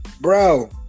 bro